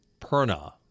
Perna